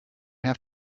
have